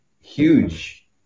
huge